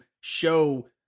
show